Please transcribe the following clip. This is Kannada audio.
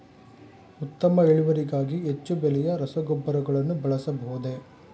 ಉತ್ತಮ ಇಳುವರಿಗಾಗಿ ಹೆಚ್ಚು ಬೆಲೆಯ ರಸಗೊಬ್ಬರಗಳನ್ನು ಬಳಸಬಹುದೇ?